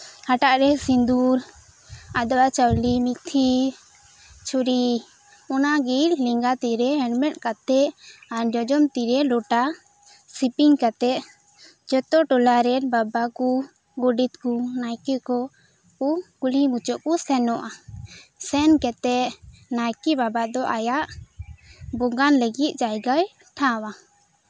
ᱦᱟᱴᱟᱜ ᱨᱮ ᱥᱤᱸᱫᱩᱨ ᱟᱫᱽᱣᱟ ᱪᱟᱣᱞᱮ ᱢᱤᱛᱷᱤ ᱪᱷᱩᱨᱤ ᱚᱱᱟᱜᱮ ᱞᱮᱸᱜᱟ ᱛᱤᱨᱮ ᱦᱮᱨᱢᱮᱫ ᱠᱟᱛᱮᱫ ᱟᱨ ᱡᱚᱡᱚᱢ ᱛᱤ ᱨᱮ ᱞᱚᱴᱟ ᱥᱮᱯᱮᱧ ᱠᱟᱛᱮᱫ ᱡᱚᱛᱚ ᱴᱚᱞᱟ ᱨᱮᱱ ᱵᱟᱵᱟ ᱠᱚ ᱜᱚᱰᱮᱛ ᱠᱚ ᱱᱟᱭᱠᱮ ᱠᱚ ᱠᱩᱞᱦᱤ ᱢᱩᱪᱟᱹᱫ ᱠᱚ ᱥᱮᱱᱚᱜᱼᱟ ᱥᱮᱱ ᱠᱟᱛᱮᱫ ᱱᱟᱭᱠᱮ ᱵᱟᱵᱟ ᱫᱚ ᱟᱭᱟᱜ ᱵᱚᱸᱜᱟ ᱵᱚᱸᱜᱟᱭ ᱞᱟᱹᱜᱤᱫ ᱡᱟᱭᱜᱟᱭ ᱴᱷᱟᱶᱼᱟ